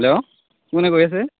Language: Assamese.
হেল্ল' কোনে কৈ আছে